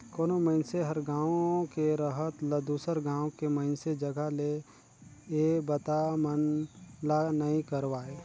कोनो मइनसे हर गांव के रहत ल दुसर गांव के मइनसे जघा ले ये बता मन ला नइ करवाय